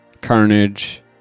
Carnage